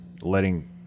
letting